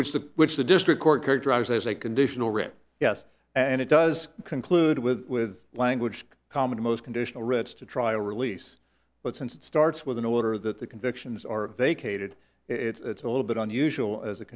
the which the district court characterized as a conditional writ yes and it does conclude with with language common to most conditional writs to trial release but since it starts with an order that the convictions are vacated it's a little bit unusual as a